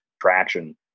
traction